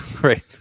Right